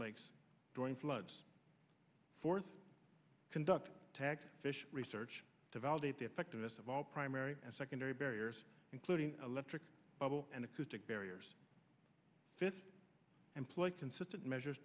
lakes during floods fourth conduct to fish research to validate the effectiveness of all primary and secondary barriers including electric mobile and acoustic barriers fifty employed consistent measures